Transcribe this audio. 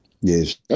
Yes